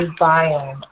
biome